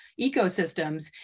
ecosystems